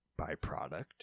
byproduct